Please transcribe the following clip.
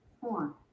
Four